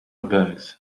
bugs